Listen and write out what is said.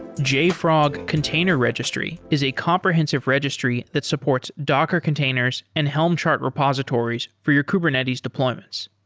jfrog container registry is a comprehensive registry that supports docker containers and helm chart repositories for your kubernetes deployments.